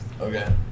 Okay